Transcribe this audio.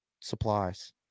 supplies